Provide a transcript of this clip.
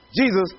Jesus